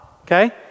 okay